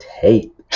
tape